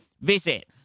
Visit